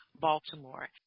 Baltimore